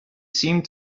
seemed